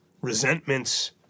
resentments